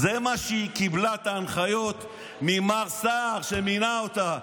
אלה ההנחיות שהיא קיבלה ממר סער, שמינה אותה.